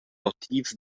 motivs